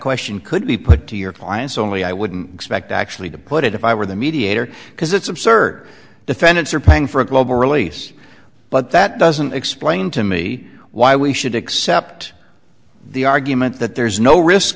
question could be put to your clients only i wouldn't expect actually to put it if i were the mediator because it's absurd defendants are paying for a global release but that doesn't explain to me why we should accept the argument that there's no risk